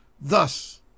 Thus